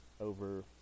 over